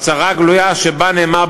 הצהרה גלויה שבה נאמר,